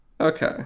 Okay